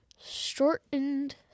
Shortened